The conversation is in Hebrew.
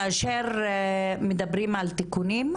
כאשר מדברים על תיקונים,